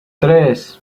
tres